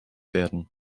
werden